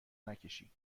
نکشی